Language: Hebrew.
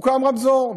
הוקם רמזור.